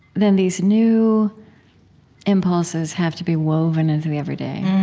then these new impulses have to be woven into the everyday.